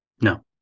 No